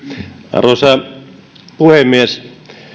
arvoisa puhemies